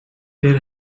there